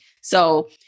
So-